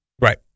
Right